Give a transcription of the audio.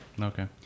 okay